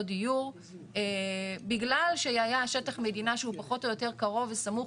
דיור בגלל שהיה שטח מדינה שהוא פחות או יותר קרוב וסמוך